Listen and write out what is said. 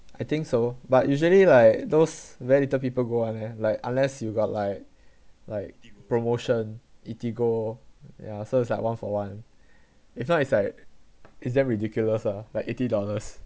I think so but usually like those very little people go one eh like unless you got like like promotion eatigo ya so it's like one for one if not it's like it's damn ridiculous lah like eighty dollars